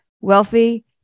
Wealthy